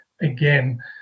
again